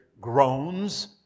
groans